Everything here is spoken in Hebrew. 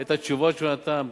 את התשובות שהוא נתן בתיאום,